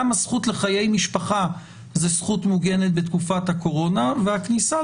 גם הזכות לחיי משפחה היא זכות מוגנת בתקופת הקורונה ולפעמים הכניסה